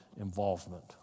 involvement